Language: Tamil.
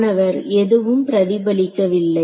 மாணவர் எதுவும் பிரதிபலிக்கவில்லை